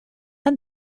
and